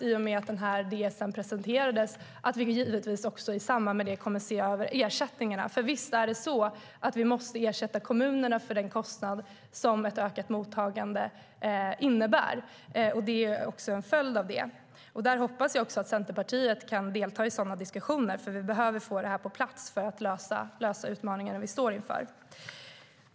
I och med att den här Ds:en presenterades sa vi också att vi i samband med detta givetvis kommer att se över ersättningarna, för visst är det så att vi måste ersätta kommunerna för den kostnad som ett ökat mottagande innebär. Det är också en följd av detta. Jag hoppas att även Centerpartiet kan delta i sådana diskussioner, för vi behöver få det här på plats för att lösa utmaningarna vi står inför.